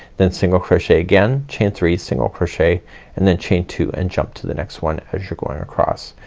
then single crochet again, chain three, single crochet and then chain two and jump to the next one as you're going across.